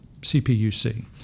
CPUC